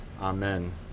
Amen